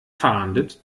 fahndet